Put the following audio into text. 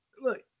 look